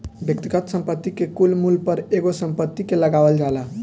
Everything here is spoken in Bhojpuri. व्यक्तिगत संपत्ति के कुल मूल्य पर एगो संपत्ति के लगावल जाला